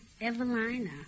Evelina